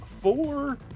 four